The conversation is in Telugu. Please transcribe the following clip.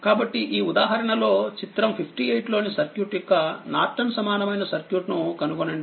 కాబట్టిఈ ఉదాహరణలోచిత్రం 58లోని సర్క్యూట్ యొక్కనార్టన్సమానమైన సర్క్యూట్ను కనుగొనండి